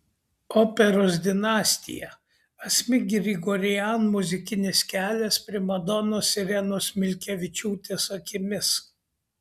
operos dinastija asmik grigorian muzikinis kelias primadonos irenos milkevičiūtės akimis